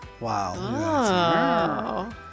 Wow